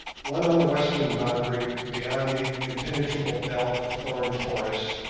one on the western boundary beyond the impenetrable belt of thorn forest,